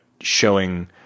showing